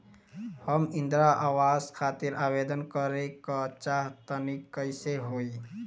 हम इंद्रा आवास खातिर आवेदन करे क चाहऽ तनि कइसे होई?